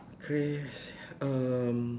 cra~ um